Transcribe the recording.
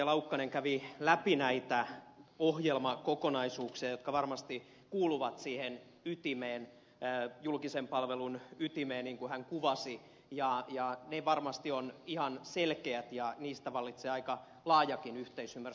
laukkanen kävi läpi näitä ohjelmakokonaisuuksia jotka varmasti kuuluvat siihen ytimeen julkisen palvelun ytimeen niin kuin hän kuvasi ja ne varmasti ovat ihan selkeät ja niistä vallitsee aika laajakin yhteisymmärrys